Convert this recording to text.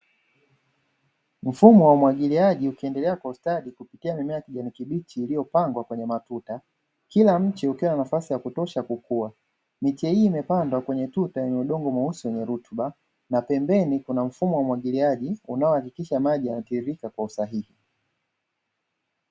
Mfumo wa mwagiliaji ukiendelea kwa ustadi kupitia mimea ya kijani kibichi iliyopangwa kwenye matuta, kila mche ukiwa na nafasi ya kutosha kukua. Miche hii imepandwa kwenye tuta yenye udongo mweusi wenye rutuba na pembeni kuna mfumo wa mwagiliaji unaohakikisha maji yanatiririka kwa usahihi."